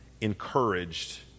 encouraged